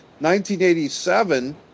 1987